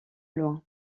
loin